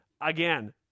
Again